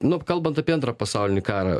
nu kalbant apie antrą pasaulinį karą